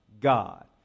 God